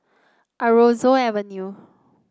Aroozoo Avenue